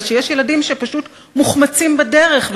אלא שיש ילדים שפשוט מוחמצים בדרך,